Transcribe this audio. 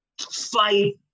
Fight